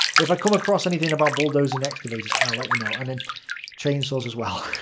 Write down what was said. if i come across anything about bulldozers and excavators i'll let you know, and then chainsaws as well.